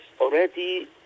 already